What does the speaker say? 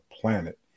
planet